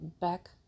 back